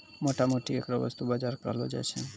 मोटा मोटी ऐकरा वस्तु बाजार कहलो जाय छै